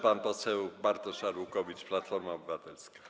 pan poseł Bartosz Arłukowicz, Platforma Obywatelska.